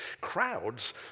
Crowds